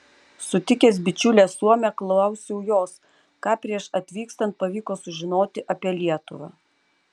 sutikęs bičiulę suomę klausiau jos ką prieš atvykstant pavyko sužinoti apie lietuvą